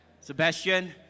Sebastian